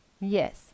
yes